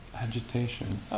Agitation